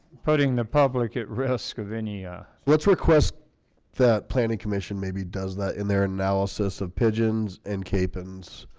putting the public at risk of any ah let's request that planning commission maybe does that in their analysis of pigeons and cape anne's?